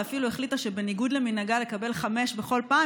ואפילו החליטה שבניגוד למנהגה לקבל חמש בכל פעם,